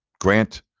Grant